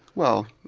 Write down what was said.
well,